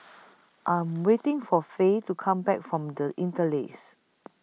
I Am waiting For Faye to Come Back from The Interlace